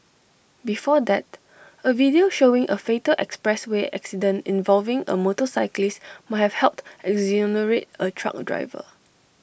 before that A video showing A fatal expressway accident involving A motorcyclist might have helped exonerate A truck driver